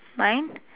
mine